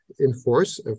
enforce